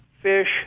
fish